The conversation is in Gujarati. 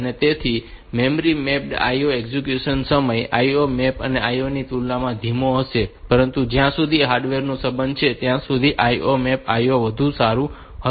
તેથી મેમરી મેપ્ડ IO એક્ઝેક્યુશન સમય IO મેપ્ડ IO ની તુલનામાં ધીમો હશે પરંતુ જ્યાં સુધી હાર્ડવેર નો સંબંધ છે ત્યાં સુધી IO મેપ્ડ IO વધુ સારું રહેશે